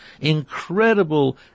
incredible